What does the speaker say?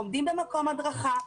עומדים במקום הדרכה,